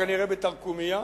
כנראה בתרקומיא,